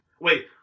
Wait